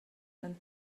and